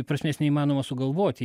prasmės neįmanoma sugalvoti